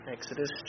Exodus